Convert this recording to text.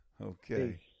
Okay